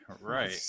right